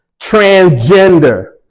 transgender